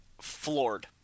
floored